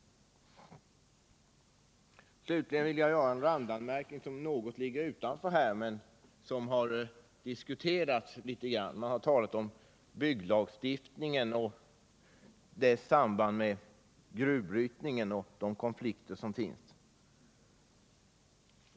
riksplaneringen för Slutligen vill jag göra en randanmärkning som något ligger utanför = vissa s.k. obrutna de frågor som vi nu behandlar men som har diskuterats i sammanhanget. — fjällområden Man har talat om bygglagstiftningen och det samband med gruvbryt ningen och om de konflikter som kan uppstå.